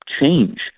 change